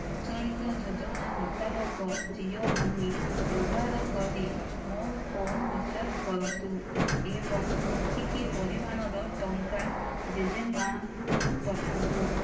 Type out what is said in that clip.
ପ୍ରଚଳିତ ଯୋଜନା ମୁତାବକ ଜିଓ ମନି ବ୍ୟବହାର କରି ମୋ ଫୋନ୍ ରିଚାର୍ଜ କରନ୍ତୁ ଏବଂ ସେତିକି ପରିମାଣର ଟଙ୍କା ଜେଜେ ମାଆଙ୍କୁ ପଠାନ୍ତୁ